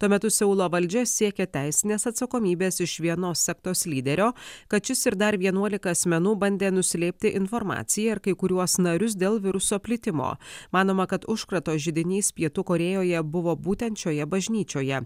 tuo metu seulo valdžia siekia teisinės atsakomybės iš vienos sektos lyderio kad šis ir dar vienuolika asmenų bandė nuslėpti informaciją ir kai kuriuos narius dėl viruso plitimo manoma kad užkrato židinys pietų korėjoje buvo būtent šioje bažnyčioje